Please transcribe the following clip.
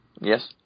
Yes